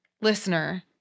listener